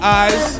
eyes